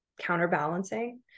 counterbalancing